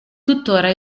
tuttora